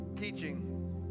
teaching